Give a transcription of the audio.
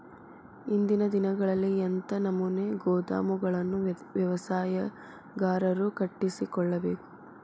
ಇಂದಿನ ದಿನಗಳಲ್ಲಿ ಎಂಥ ನಮೂನೆ ಗೋದಾಮುಗಳನ್ನು ವ್ಯವಸಾಯಗಾರರು ಕಟ್ಟಿಸಿಕೊಳ್ಳಬೇಕು?